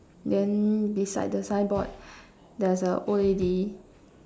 then beside the signboard there's a old lady